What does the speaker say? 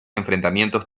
enfrentamientos